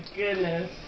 goodness